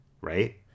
right